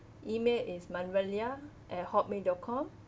E-mail is malvania at Hotmail dot com